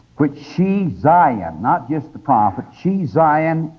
which she, zion, not just the prophet, she, zion,